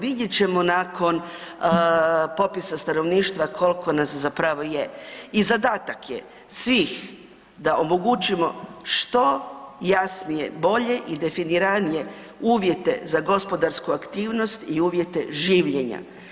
Vidjet ćemo nakon popisa stanovništva koliko nas zapravo je i zadatak je svih da omogućimo što jasnije, bolje i definiranije uvjete za gospodarsku aktivnost i uvjete življenja.